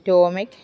റ്റോമിക്ക്